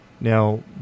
now